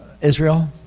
Israel